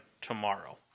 tomorrow